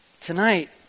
tonight